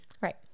right